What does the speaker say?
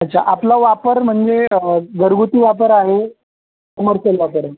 अच्छा आपला वापर म्हणजे घरगुती वापर आहे कमर्शियल वापर आहे